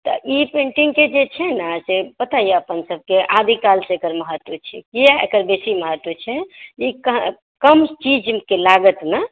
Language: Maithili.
तऽ ई पेन्टिङ्गकेँ जे छै ने से पता यऽ अपन सबकेँ आदिकालसँ एकर महत्त्व छै किएक एकर बेसी महत्त्व छै ई कम चीजकेँ लागतमे